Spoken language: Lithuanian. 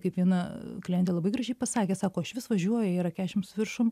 kaip viena klientė labai gražiai pasakė sako aš vis važiuoju jai yra kešim su viršum